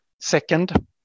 Second